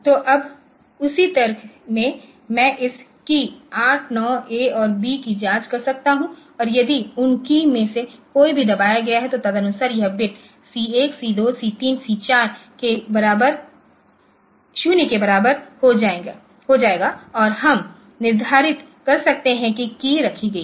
तो अब उसी तर्क में मैं इन कीय 8 9 ए और बी की जांच कर सकता हूं और यदि उन कीय में से कोई भी दबाया गया है तो तदनुसार यह बिट सी 1 सी 2 सी 3 या सी 4 0 के बराबर हो जाएगा और हम निर्धारित कर सकते हैं कि कीय रखी गई है